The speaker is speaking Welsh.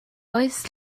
oes